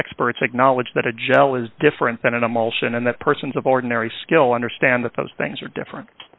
experts acknowledge that a gel is different than an emulsion and that persons of ordinary skill understand that those things are different